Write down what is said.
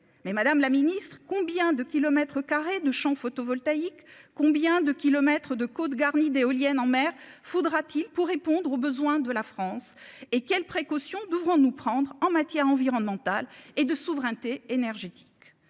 mais Madame la Ministre, combien de kilomètres carrés de Champ photovoltaïque, combien de kilomètres de côtes garni d'éoliennes en mer, faudra-t-il pour répondre aux besoins de la France et quelles précautions devront nous prendre en matière environnementale et de souveraineté énergétique